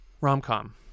Rom-com